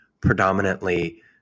predominantly